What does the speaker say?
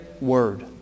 Word